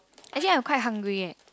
actually I am quite hungry eh